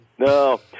No